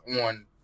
on